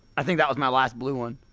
i think that was my last blue one